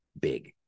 big